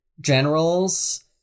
generals